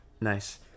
nice